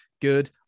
good